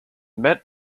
met